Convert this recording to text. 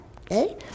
okay